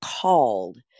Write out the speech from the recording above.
called